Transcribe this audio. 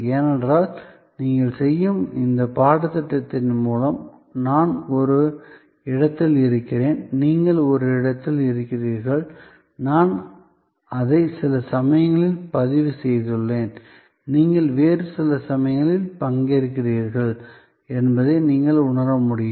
ஏனென்றால் நீங்கள் செய்யும் இந்த பாடத்திட்டத்தின் மூலம் நான் ஒரு இடத்தில் இருக்கிறேன் நீங்கள் ஒரு இடத்தில் இருக்கிறீர்கள் நான் அதை சில சமயங்களில் பதிவு செய்துள்ளேன் நீங்கள் வேறு சில சமயங்களில் பங்கேற்கிறீர்கள் என்பதை நீங்கள் உணர முடியும்